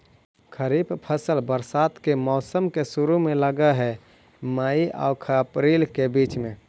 खरीफ फसल बरसात के मौसम के शुरु में लग हे, मई आऊ अपरील के बीच में